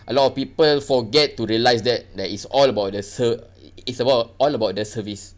a lot of people forget to realise that that it's all about the ser~ it's about all about the service